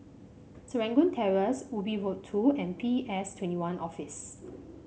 Serangoon Terrace Ubi Road Two and P S Twenty One Office